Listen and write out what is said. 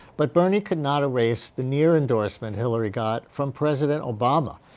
but bernie could not erase the near endorsement hillary got from president obama.